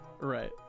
Right